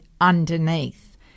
underneath